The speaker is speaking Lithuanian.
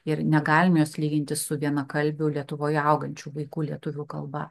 ir negalime jos lyginti su vienakalbių lietuvoje augančių vaikų lietuvių kalba